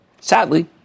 sadly